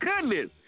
goodness